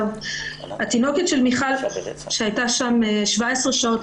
התינוקת של מיכל שהתה שם 17 שעות.